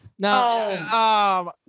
No